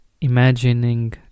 imagining